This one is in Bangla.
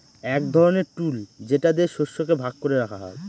এক ধরনের টুল যেটা দিয়ে শস্যকে ভাগ করে রাখা হয়